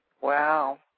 Wow